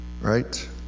right